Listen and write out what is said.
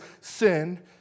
sin